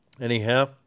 Anyhow